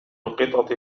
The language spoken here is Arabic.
القطط